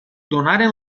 donaren